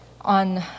on